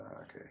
Okay